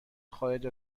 خارج